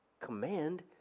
command